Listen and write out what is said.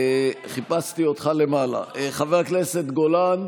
חיפשתי אותך למעלה, חבר כנסת גולן,